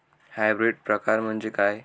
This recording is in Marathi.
हायब्रिड प्रकार म्हणजे काय?